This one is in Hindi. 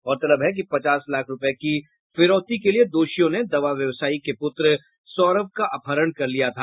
गौरतलब है कि पचास लाख रूपये की फिरौती के लिए दोषियों ने दवा व्यवसायी के पुत्र सौरव का अपहरण कर लिया था